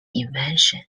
invention